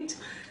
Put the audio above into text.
זה לא קורה,